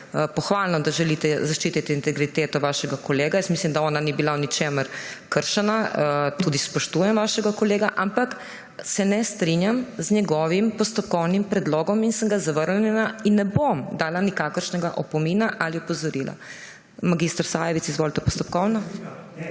pohvalno, da želite zaščititi integriteto vašega kolega. Jaz mislim, da ona ni bila v ničemer kršena, tudi spoštujem vašega kolega, ampak se ne strinjam z njegovih postopkovnim predlogom in sem ga zvrnila in ne bom dala nikakršnega opomina ali opozorila. Mag. Sajovic, izvolite postopkovno.